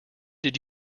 did